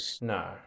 No